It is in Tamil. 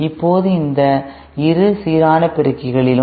இப்போது இந்த இரு சீரான பெருக்கிகளிலும்